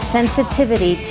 Sensitivity